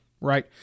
right